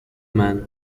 man